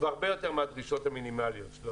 הרבה יותר מהדרישות המינימליות.